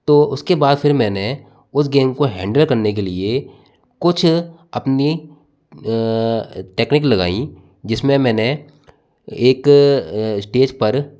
तो उसके बाद फिर मैंने उस गेम को हैंडल करने के लिए कुछ अपनी अ टेकनीक लगाई जिसमें मैंने एक अ स्टेज पर